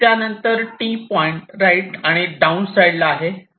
त्यानंतर T point right आणि down साईडला आहे